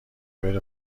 بره